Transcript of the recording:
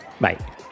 Bye